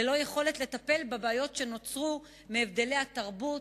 ללא יכולת לטפל בבעיות שנוצרו מהבדלי התרבות,